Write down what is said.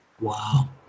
wow